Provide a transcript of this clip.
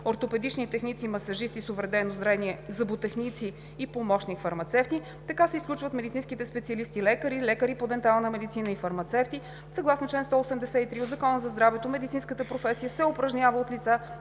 ортопедични техници, масажисти с увредено зрение, зъботехници и помощник-фармацевти. Така се изключват медицинските специалисти лекари, лекари по дентална медицина и фармацевти. Съгласно чл. 183 от Закона за здравето медицинската професия се упражнява от лица,